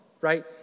right